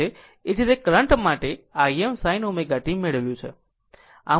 એ જ રીતે કરંટ માટે Im sin ω t મેળવ્યું